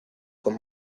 con